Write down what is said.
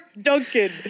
Duncan